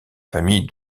famille